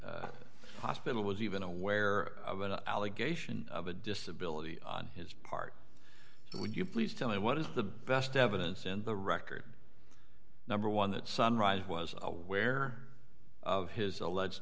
hospital was even aware of an allegation of a disability on his part so would you please tell me what is the best evidence in the record number one that sunrise was aware of his alleged